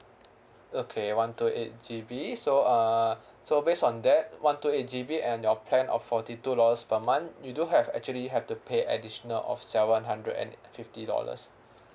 okay one two eight G_B so uh so based on that one two eight G_B and your plan of forty two dollars per month you do have actually have to pay additional of seven hundred and fifty dollars